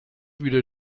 wieder